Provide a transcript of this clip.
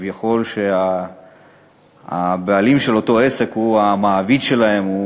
שכביכול הבעלים של אותו עסק הוא המעביד שלהם,